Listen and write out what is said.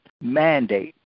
mandate